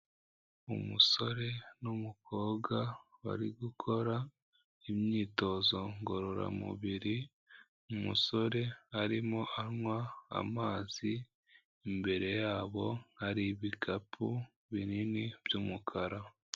Umusore n'umukobwa bari gukora imyitozo ngororamubiri, umusore arimo anywa amazi, imbere yabo hari ibikapu binini by'umukara.